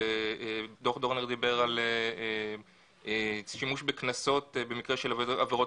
דוח דורנר דיבר על שימוש בקנסות במקרה של עברות